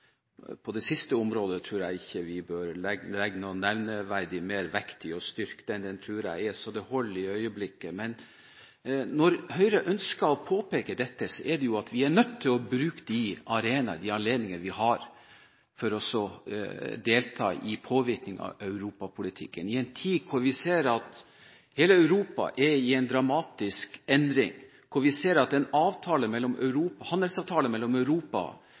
på agendaen må være å styrke den norske selvtilliten. Jeg tror ikke vi må legge noe nevneverdig mer vekt på å styrke det sistnevnte området. Det tror jeg er så sterkt at det holder i øyeblikket. Men når Høyre ønsker å påpeke dette, er det fordi vi er nødt til å bruke de arenaer og anledninger vi har for å delta i påvirkningen av europapolitikken, i en tid hvor vi ser at hele Europa er i en dramatisk endring, hvor vi ser at en handelsavtale mellom Europa